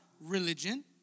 religion